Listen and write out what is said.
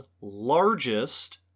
largest